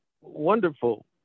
wonderful